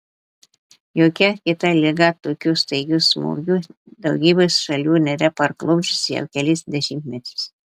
jokia kita liga tokiu staigiu smūgiu daugybės šalių nėra parklupdžiusi jau kelis dešimtmečius